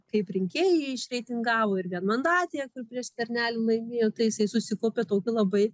kaip rinkėjai jį išreitingavo ir vienmandatėje kur prieš skvernelį laimėjo tai jisai susikaupė tokį labai